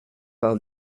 par